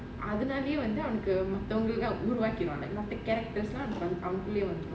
from from leone okay so like>